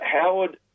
Howard